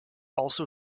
also